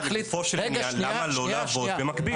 לגופו של עניין למה לא לעבוד במקביל?